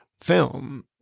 film